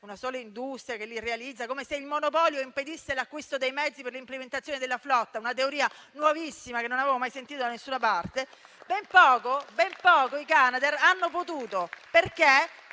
una sola industria che li realizza, come se il monopolio impedisse l'acquisto dei mezzi per l'implementazione della flotta, una teoria nuovissima che non avevo mai sentito da nessuna parte). Perché? Dov'erano